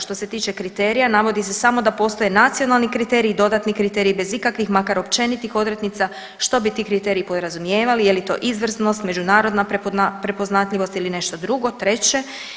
Što se tiče kriterija navodi se samo da postoje nacionalni kriteriji i dodatni kriteriji bez ikakvih makar općenitih odrednica što bi ti kriteriji podrazumijevali, je li to izvrsnost, međunarodna prepoznatljivost ili nešto drugo, treće.